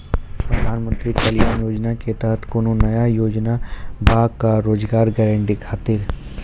प्रधानमंत्री कल्याण योजना के तहत कोनो नया योजना बा का रोजगार गारंटी खातिर?